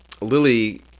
Lily